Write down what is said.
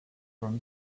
from